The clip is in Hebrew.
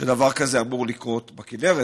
שדבר כזה אמור לקרות בכינרת,